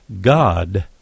God